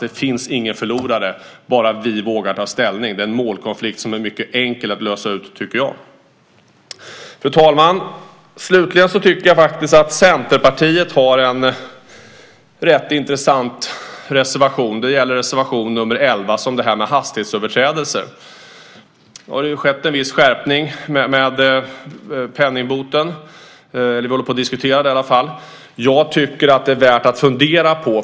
Det finns ingen förlorare, bara vi vågar ta ställning. Det är en målkonflikt som är mycket enkel att lösa, tycker jag. Fru talman! Slutligen tycker jag att Centerpartiet har en rätt intressant reservation. Det gäller reservation nr 11 om hastighetsöverträdelser. Det har skett en viss skärpning med penningboten; vi håller i alla fall på att diskutera det.